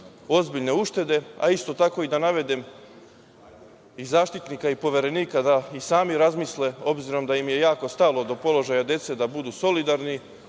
ozbiljne uštede, a isto tako da navedem i Zaštitnika i Poverenika da i sami razmisle, obzirom da im je jako stalo do položaja dece, da budu solidarni,